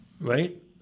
right